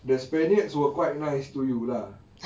the spaniards were quite nice to you lah